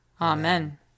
Amen